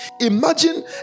Imagine